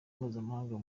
mpuzamakungu